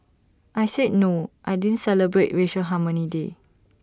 I said no I didn't celebrate racial harmony day